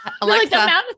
Alexa